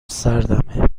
سردمه